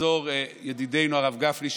יחזור ידידנו הרב גפני,